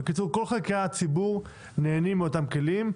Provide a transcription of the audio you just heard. בקיצור כל חלקי הציבור נהנים מאותם כלים,